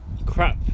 Crap